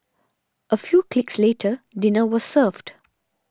a few clicks later dinner was served